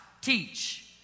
teach